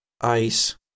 ice